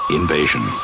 invasion